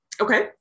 Okay